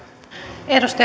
arvoisa